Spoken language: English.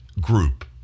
group